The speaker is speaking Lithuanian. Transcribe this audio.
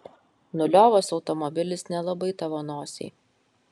nuliovas automobilis nelabai tavo nosiai